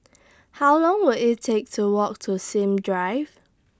How Long Will IT Take to Walk to Sims Drive